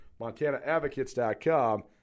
MontanaAdvocates.com